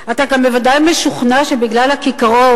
אתה גם בוודאי משוכנע שבגלל הכיכרות,